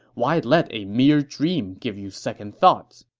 why let a mere dream give you second thoughts?